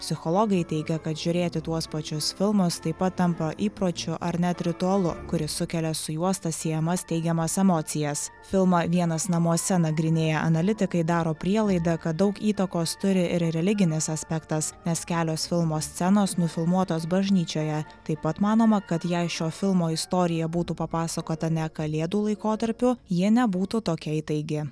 psichologai teigia kad žiūrėti tuos pačius filmus taip pat tampa įpročiu ar net ritualu kuris sukelia su juosta siejamas teigiamas emocijas filmą vienas namuose nagrinėję analitikai daro prielaidą kad daug įtakos turi ir religinis aspektas nes kelios filmo scenos nufilmuotos bažnyčioje taip pat manoma kad jei šio filmo istorija būtų papasakota ne kalėdų laikotarpiu ji nebūtų tokia įtaigi